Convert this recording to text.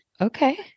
okay